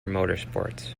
motorsports